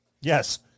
Yes